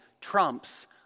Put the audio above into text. trumps